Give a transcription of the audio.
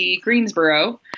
Greensboro